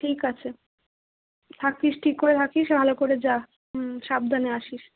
ঠিক আছে থাকিস ঠিক করে থাকিস ভালো করে যা হুম সাবধানে আসিস